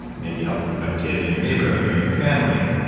maybe help a kid in your neighborhood or in your family,